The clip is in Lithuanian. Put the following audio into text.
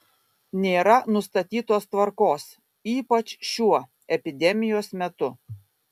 nėra nustatytos tvarkos ypač šiuo epidemijos metu